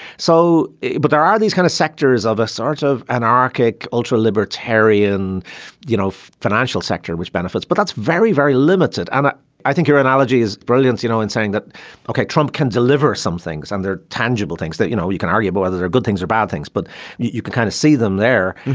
so but there are these kind of sectors of a sort of anarchic ultra libertarian you know financial sector which benefits but that's very very limited. and i think your analogy is brilliant. you know in saying that ok trump can deliver some things and they're tangible things that you know you can argue about whether they're good things are bad things but you you can kind of see them there.